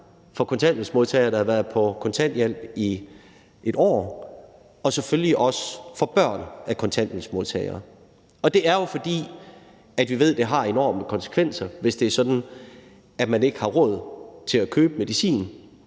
for kontanthjælpsmodtagere, der havde været på kontanthjælp i 1 år, og selvfølgelig også for børn af kontanthjælpsmodtagere. Det var jo, fordi vi ved, det har enorme konsekvenser, hvis det er sådan, at man ikke har råd til at købe medicin